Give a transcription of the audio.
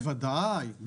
בוודאי.